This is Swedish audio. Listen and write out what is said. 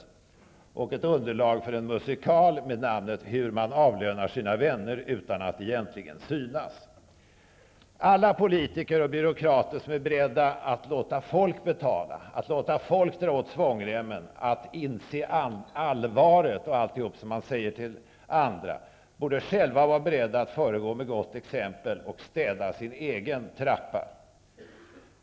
Det skulle kunna vara ett underlag för en musikal med namnet Hur man avlönar sina vänner utan att egentligen synas. Alla politiker och byråkrater som är beredda att låta folk betala, dra åt svångremmen och inse allvaret i allt som man säger till andra, borde sjäva vara beredda att föregå med gott exempel och städa sin egen trappa.